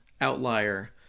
outlier